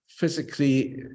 physically